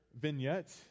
vignette